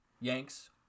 Yanks